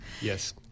Yes